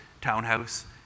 townhouse